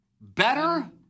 better